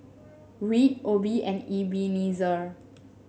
Reed Obie and Ebenezer